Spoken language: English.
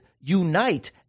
unite